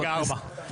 כרגע ארבעה.